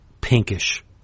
pinkish